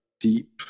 deep